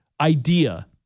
idea